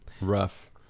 rough